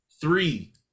Three